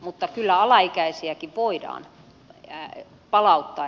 mutta kyllä alaikäisiäkin voidaan palauttaa